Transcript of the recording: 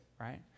right